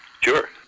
Sure